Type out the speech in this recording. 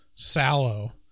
Sallow